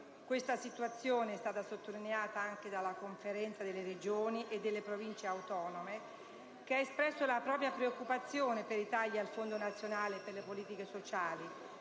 questa situazione è stata sottolineata anche dalla Conferenza delle Regioni e delle Province autonome, che ha espresso la propria preoccupazione per i tagli al fondo nazionale per le politiche sociali,